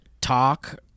talk